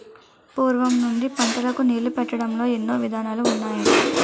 పూర్వం నుండి పంటలకు నీళ్ళు పెట్టడంలో ఎన్నో విధానాలు ఉన్నాయట